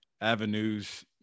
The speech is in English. avenues